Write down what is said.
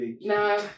no